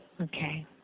Okay